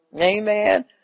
Amen